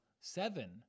seven